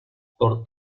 por